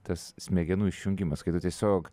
tas smegenų išjungimas kai tu tiesiog